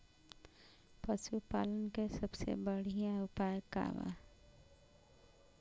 पशु पालन के सबसे बढ़ियां उपाय का बा?